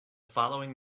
following